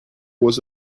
was